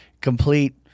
complete